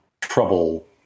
trouble